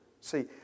See